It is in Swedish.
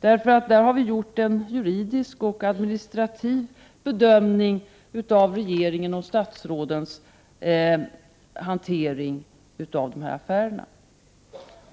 Där har vi gjort en juridisk och administrativ bedömning av regeringens och statsrådens hantering av dessa affärer.